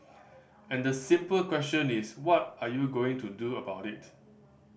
and the simple question is what are you going to do about it